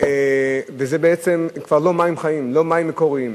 וזה בעצם כבר לא "מים חיים", לא מים מקוריים.